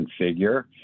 configure